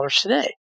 today